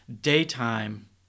Daytime